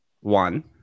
one